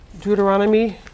Deuteronomy